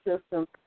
system